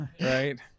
right